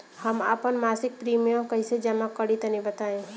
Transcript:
हम आपन मसिक प्रिमियम कइसे जमा करि तनि बताईं?